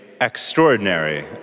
extraordinary